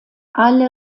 alle